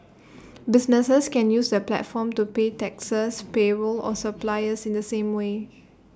businesses can use the platform to pay taxes payroll or suppliers in the same way